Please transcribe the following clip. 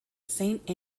saint